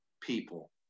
people